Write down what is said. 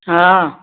हा